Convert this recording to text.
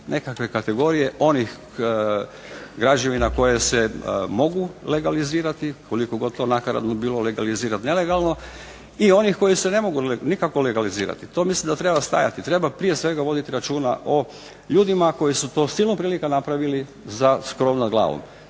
nekakve kategorije onih građevina koje se mogu legalizirati, koliko god to nakaradno bilo legalizirati nelegalno i onih koje se ne mogu nikako legalizirati. To mislim da treba stajati, treba prije svega voditi računa o ljudima koji su to silom prilika napravili za krov nad glavom.